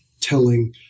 telling